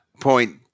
point